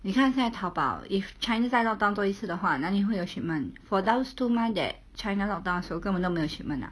你看现在淘宝 if china 再 lock down 多一次的话哪里会有 shipment for those two months that china lock down 的时候 china 根本都没有 shipment ah